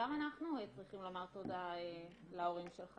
גם אנחנו צריכים לומר תודה להורים שלך